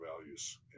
values